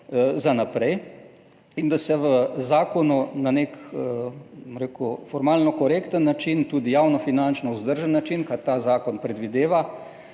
za naprej in da se v zakonu na nek, bom rekel, formalno korekten način, tudi javno finančno vzdržen način, kar ta zakon predvideva,